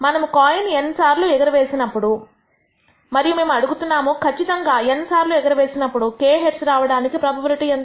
మనము coin n సార్లు ఎగర వేస్తాము మరియు మేము అడుగుతున్నాము కచ్చితంగా n సార్లు ఎగరవేసినప్పుడు k హెడ్స్ రావడానికి ప్రోబబిలిటీ ఎంత